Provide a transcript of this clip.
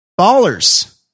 Ballers